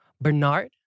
Bernard